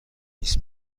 نیست